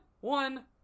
one